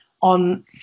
on